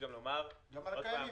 גם לגבי הפרויקטים הקיימים,